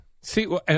See